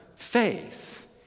Faith